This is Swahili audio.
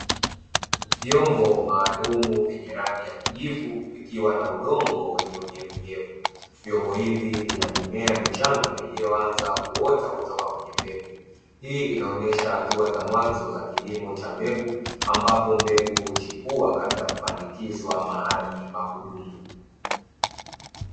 Vyombo maalumu vyenye rangi ya kijivu, vikiwa na udongo wenye unyevuunyevu. Vyombo hivi vina mimea michanga iliyoanza kuota kutoka kwenye mbegu. Hii inaonyesha hatua za mwanzo za kilimo cha mbegu, ambapo mbegu huchipua kabla ya kupandikizwa mahali pa kudumu.